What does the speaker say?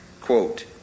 Quote